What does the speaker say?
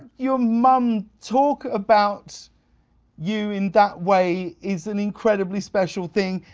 your mom talk about you in that way is an incredibly special thing,